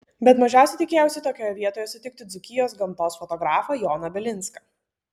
bet mažiausiai tikėjausi tokioje vietoje sutikti dzūkijos gamtos fotografą joną bilinską